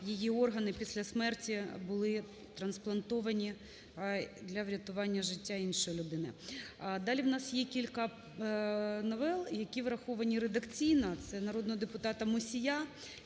її органи після смерті були трансплантовані для врятування життя іншої людини. Далі у нас є кілька новел, які враховані редакційно. Це народного депутата Мусія,